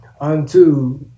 unto